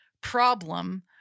problem